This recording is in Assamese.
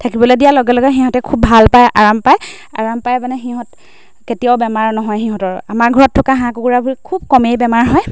থাকিবলৈ দিয়াৰ লগে লগে সিহঁতে খুব ভাল পায় আৰাম পায় আৰম পায় মানে সিহঁত কেতিয়াও বেমাৰ নহয় সিহঁতৰ আমাৰ ঘৰত থকা হাঁহ কুকুৰাবোৰৰ খুব কমেই বেমাৰ হয়